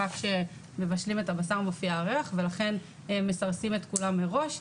רק כשמבשלים את הבשר מופיע הריח ולכן מסרסים את כולם מראש.